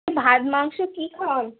ভাত মাংস কী খাওয়ান